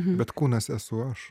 bet kūnas esu aš